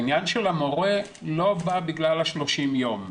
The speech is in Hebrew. העניין של המורה לא בא בגלל ה-30 יום.